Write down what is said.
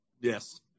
Yes